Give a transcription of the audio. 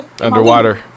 Underwater